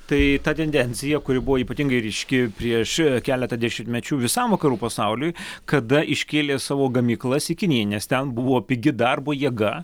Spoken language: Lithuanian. tai ta tendencija kuri buvo ypatingai ryški prieš keletą dešimtmečių visam vakarų pasauliui kada iškėlė savo gamyklas į kiniją nes ten buvo pigi darbo jėga